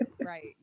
Right